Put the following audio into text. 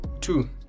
two